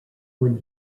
when